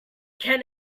can